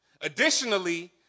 Additionally